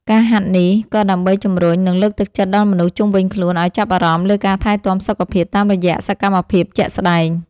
ការហាត់នេះ ក៏ដើម្បីជម្រុញ និងលើកទឹកចិត្តដល់មនុស្សជុំវិញខ្លួនឱ្យចាប់អារម្មណ៍លើការថែទាំសុខភាពតាមរយៈសកម្មភាពជាក់ស្ដែង។